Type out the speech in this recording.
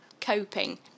coping